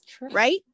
right